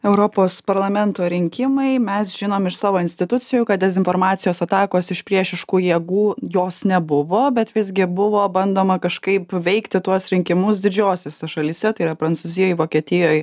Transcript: europos parlamento rinkimai mes žinom iš savo institucijų kad dezinformacijos atakos iš priešiškų jėgų jos nebuvo bet visgi buvo bandoma kažkaip veikti tuos rinkimus didžiosiose šalyse tai yra prancūzijoj vokietijoj